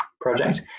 project